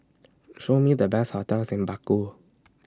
Show Me The Best hotels in Baku